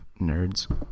Nerds